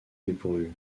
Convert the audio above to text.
dépourvu